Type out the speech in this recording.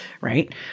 right